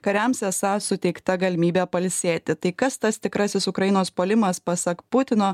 kariams esą suteikta galimybė pailsėti tai kas tas tikrasis ukrainos puolimas pasak putino